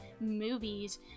movies